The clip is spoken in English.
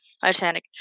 Titanic